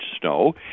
snow